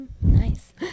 nice